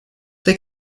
they